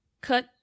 cut